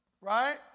Right